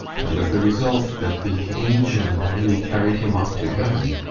and with the result that the angel nearly carried him off to heaven.